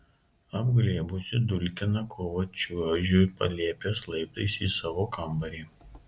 apglėbusi dulkiną krūvą čiuožiu palėpės laiptais į savo kambarį